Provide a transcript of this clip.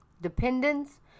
dependence